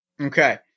okay